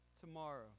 tomorrow